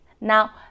Now